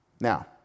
Now